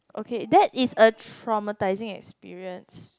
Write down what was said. okay that is a traumatising experience